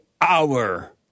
hour